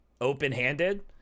open-handed